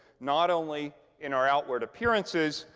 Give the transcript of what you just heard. not only in our outward appearances,